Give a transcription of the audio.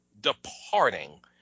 departing